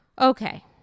Okay